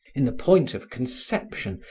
in the point of conception,